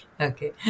Okay